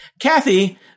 Kathy